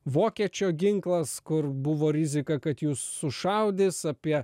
vokiečio ginklas kur buvo rizika kad jus sušaudys apie